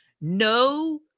No